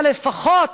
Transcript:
אבל לפחות